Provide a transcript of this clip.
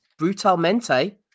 brutalmente